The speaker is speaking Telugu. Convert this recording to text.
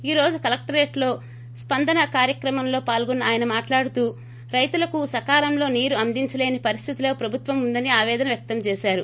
ఈ రోజు కలెక్టరేట్లో స్పందన కార్యక్రమం లో పాల్గున్న ఆయన మాట్లాడుతూ రైతులకు సకాలంలో నీరు అందించలేని పరిస్థితిలో ప్రభుత్వం ఉందని ఆపేదన వ్యక్తం చేశారు